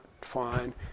fine